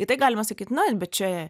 į tai galima sakyt na bet čia